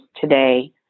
today